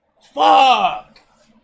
fuck